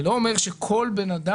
אני לא אומר שכל אדם